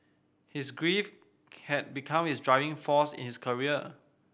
his grief had become his driving force in his career